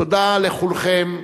תודה לכולכם.